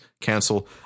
cancel